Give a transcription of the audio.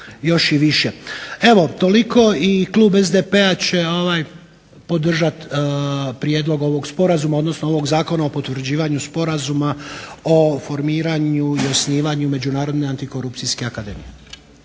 još i više. Evo, toliko i klub SDP-a će podržati prijedlog ovog sporazuma, odnosno ovog Zakona o potvrđivanju Sporazuma o formiranju i osnivanju Međunarodne antikorupcijske akademije.